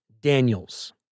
Daniels